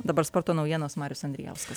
dabar sporto naujienos marius andrijauskas